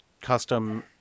custom